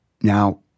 now